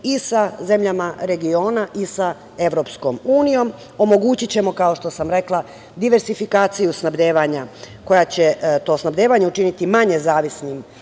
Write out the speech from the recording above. i sa zemljama regiona i sa Evropskom unijom. Omogućićemo, kao što sam rekla, diversifikaciju snabdevanja, koja će to snabdevanje učiniti manje zavisnim